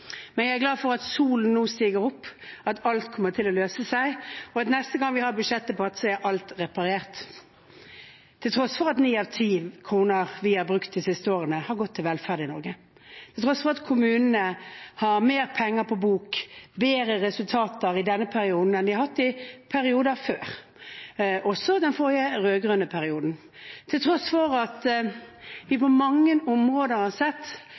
Men jeg er glad for at solen nå stiger opp, at alt kommer til å løse seg, og at neste gang vi har budsjettdebatt, er alt reparert. Til tross for at ni av ti kroner vi har brukt de siste årene, har gått til velferd i Norge, til tross for at kommunene har mer penger på bok og bedre resultater i denne perioden enn de har hatt i perioder før, også den forrige rød-grønne perioden, og til tross for at vi på mange områder har sett